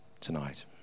tonight